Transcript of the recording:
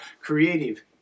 creative